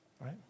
right